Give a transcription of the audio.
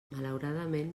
malauradament